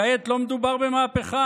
כעת לא מדובר במהפכה